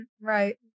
Right